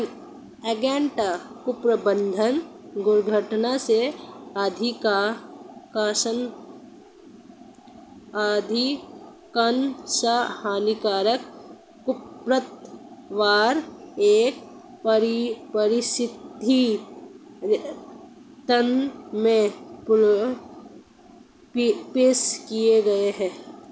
अज्ञानता, कुप्रबंधन, दुर्घटना से अधिकांश हानिकारक खरपतवार एक पारिस्थितिकी तंत्र में पेश किए गए हैं